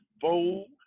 bold